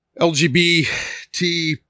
lgbt